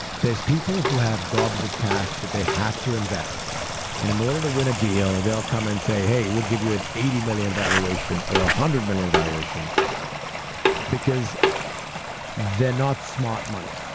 there's people who have gobs of cash that they have to invest, and in order to win a deal they'll come and say hey, we'll give you an eighty million valuation or one ah hundred million valuation because they're not smart money.